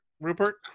Rupert